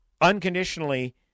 unconditionally